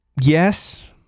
yes